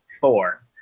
four